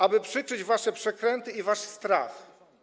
aby przykryć wasze przekręty i wasz strach.